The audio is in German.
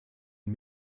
den